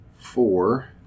four